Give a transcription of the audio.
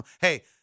Hey